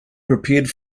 prepared